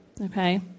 Okay